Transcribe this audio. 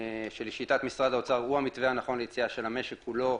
שלשיטת משרד האוצר הוא המתווה הנכון ליציאה של המשק כולו,